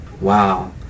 Wow